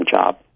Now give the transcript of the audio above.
job